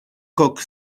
coq